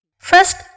First